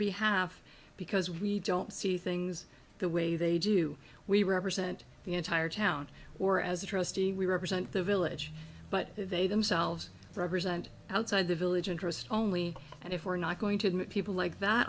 behalf because we don't see things the way they do we represent the entire town or as a trustee we represent the village but they themselves represent outside the village interest only and if we're not going to admit people like that